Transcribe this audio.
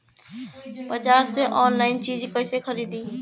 बाजार से आनलाइन चीज कैसे खरीदी?